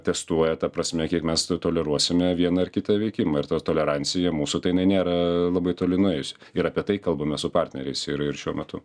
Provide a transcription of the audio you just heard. testuoja ta prasme kiek mes toleruosime vieną ar kitą veikimą ir ta tolerancija mūsų tai jinai nėra labai toli nuėjusi ir apie tai kalbame su partneriais ir ir šiuo metu